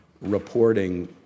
reporting